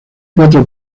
cuatro